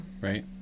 Right